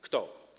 Kto?